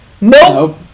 Nope